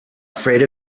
afraid